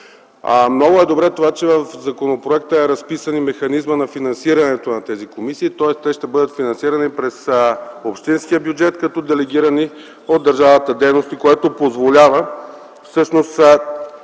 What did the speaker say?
Много е добре това, че в законопроекта е разписан и механизмът на финансирането на тези комисии. Тоест те ще бъдат финансирани през общинския бюджет като делегирани от държавата дейности, което дава възможност